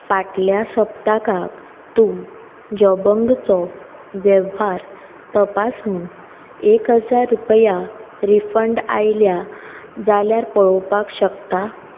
फाटल्या सप्ताकाक तूं जॉबंगचो वेव्हार तपासून एक हजार रुपया रिफंड आयल्या जाल्यार पळोवपाक शकता